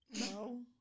No